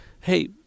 hey